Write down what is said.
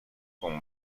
con